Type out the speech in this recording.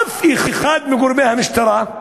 אף אחד מגורמי המשטרה,